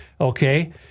Okay